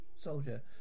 Soldier